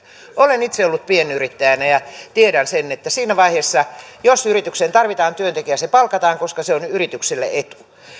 olen itse ollut pienyrittäjänä ja tiedän sen että siinä vaiheessa jos yritykseen tarvitaan työntekijä se palkataan koska se on yritykselle etu